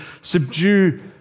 subdue